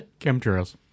Chemtrails